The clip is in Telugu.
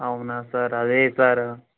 అవునా సార్ అదే సార్